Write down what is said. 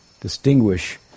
distinguish